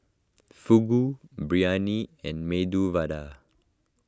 Fugu Biryani and Medu Vada